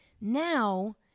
now